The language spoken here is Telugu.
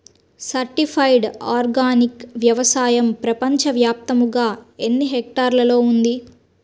సర్టిఫైడ్ ఆర్గానిక్ వ్యవసాయం ప్రపంచ వ్యాప్తముగా ఎన్నిహెక్టర్లలో ఉంది?